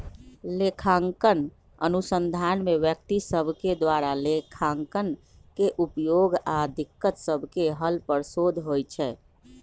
लेखांकन अनुसंधान में व्यक्ति सभके द्वारा लेखांकन के उपयोग आऽ दिक्कत सभके हल पर शोध होइ छै